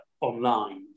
online